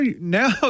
now